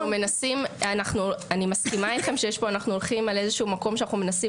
אנחנו הולכים על איזשהו מקום שאנחנו מנסים